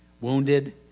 Wounded